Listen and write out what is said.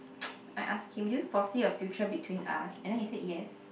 I asked him do you foresee a future between us and then he said yes